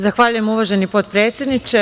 Zahvaljujem, uvaženi potpredsedniče.